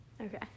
Okay